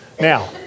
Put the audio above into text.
now